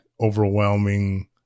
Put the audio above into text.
overwhelming